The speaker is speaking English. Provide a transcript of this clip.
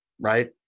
right